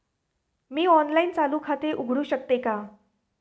मी online चालू खाते उघडू शकते का?